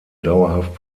dauerhaft